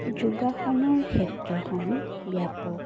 যোগাসনৰ ক্ষেত্ৰখন ব্যাপক